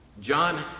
John